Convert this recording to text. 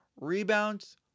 rebounds